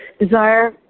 desire